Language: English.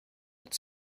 that